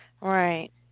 right